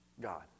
God